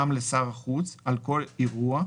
גם לשר החוץ על כל אירוע,